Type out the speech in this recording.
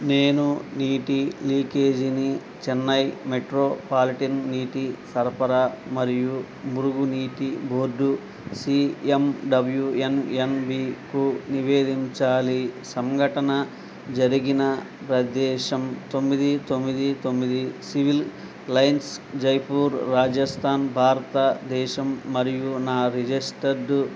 నేను నీటి లీకేజీని చెన్నై మెట్రోపాలిటన్ నీటి సరఫరా మరియు మురుగునీటి board C M W N N బీకు నివేదించాలి సంఘటన జరిగిన ప్రదేశం తొమ్మిది తొమ్మిది తొమ్మిది సివిల్ లైన్స్ జైపూర్ రాజస్థాన్ భారతదేశం మరియు నా రిజిస్టర్డ్